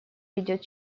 ведет